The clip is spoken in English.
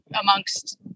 amongst